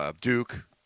Duke